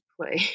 play